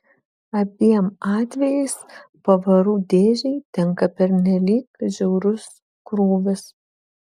abiem atvejais pavarų dėžei tenka pernelyg žiaurus krūvis